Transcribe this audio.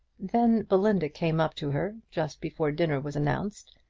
then belinda came up to her, just before dinner was announced,